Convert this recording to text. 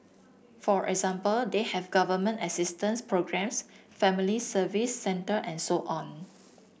for example they have government assistance programmes family service centre and so on